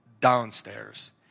downstairs